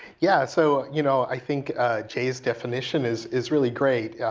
yeah, so you know i think jay's definition is is really great. yeah